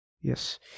yes